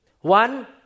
One